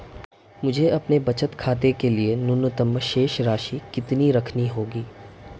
मुझे अपने बचत खाते के लिए न्यूनतम शेष राशि कितनी रखनी होगी?